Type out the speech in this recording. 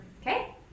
Okay